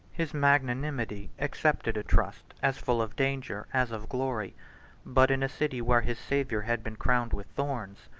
his magnanimity accepted a trust as full of danger as of glory but in a city where his savior had been crowned with thorns,